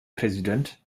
präsident